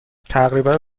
تقریبا